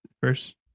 first